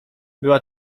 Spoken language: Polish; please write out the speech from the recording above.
była